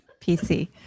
PC